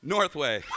Northway